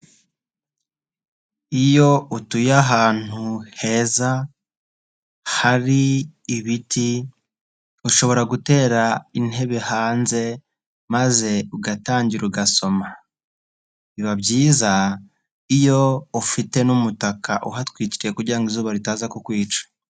Iyo utuye ahantu heza hari ibiti, ushobora gutera intebe hanze maze ugatangira ugasoma. Biba byiza iyo ufite n'umutaka uhatwikiriye kugira ngo izuba ritaza kukwica.